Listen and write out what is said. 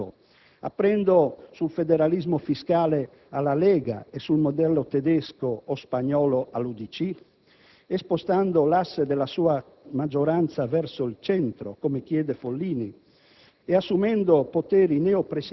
mandando su un binario morto i Dico, aprendo sul federalismo fiscale alla Lega e sul modello tedesco o spagnolo all'UDC, spostando l'asse della sua maggioranza verso il centro come chiede Follini